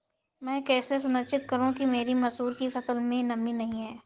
मैं कैसे सुनिश्चित करूँ कि मेरी मसूर की फसल में नमी नहीं है?